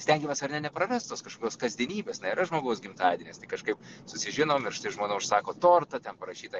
stengiamės ar ne neprarast tos kažkokios kasdienybės na yra žmogaus gimtadienis tai kažkaip susižinom ir štai žmona užsako tortą ten parašyta